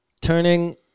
turning